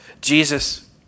Jesus